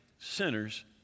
sinners